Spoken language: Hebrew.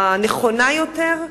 הנכונה יותר,